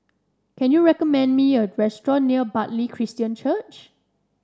can you recommend me a restaurant near Bartley Christian Church